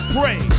pray